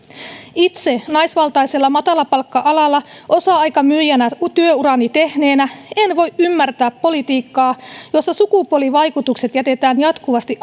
itse naisvaltaisella matalapalkka alalla osa aikamyyjänä työurani tehneenä en voi ymmärtää politiikkaa jossa sukupuolivaikutukset jätetään jatkuvasti